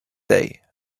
day